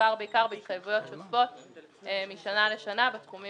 מדובר בהעברה של תשלום למקורות בגין הפרשים בתעריפי